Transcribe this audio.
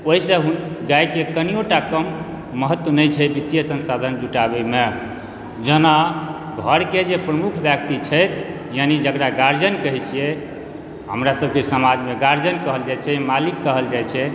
ओहिसँ गायके कनियोटा कम महत्व नहि छै वित्तीय संसाधन जुटाबैमे जेना घरके जे प्रमुख व्यक्ति छथि यानि जकरा गार्जियन कहै छियै हमरा सबके समाजमे गार्जियन कहल जाइ छै मालिक कहल जाइ छै